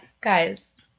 Guys